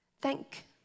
Thank